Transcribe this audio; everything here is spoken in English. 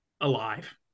alive